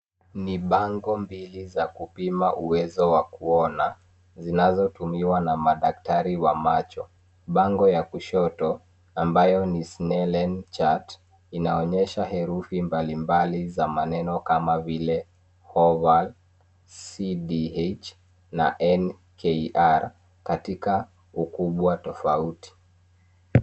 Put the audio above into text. Ni bango mbili za kupima uwezo wa kuona, zinazotumiwa na madaktari wa macho. Bango ya kushoto ambayo ni Snellen chart , inaonyesha herufi mbalimbali za maneno kama vile HOVRNO, CDH na NKR katika ukubwa tofauti.